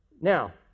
Now